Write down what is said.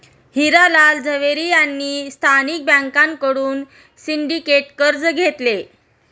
हिरा लाल झवेरी यांनी स्थानिक बँकांकडून सिंडिकेट कर्ज घेतले